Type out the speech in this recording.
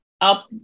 up